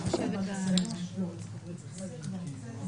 אני